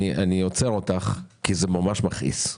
אני עוצר אותך כי זה ממש מכעיס.